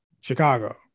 Chicago